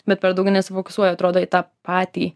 bet per daug nesifokusuoju atrodo į tą patį